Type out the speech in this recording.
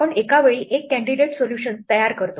आपण एका वेळी एक कॅंडिडेट सोल्युशन्स तयार करतो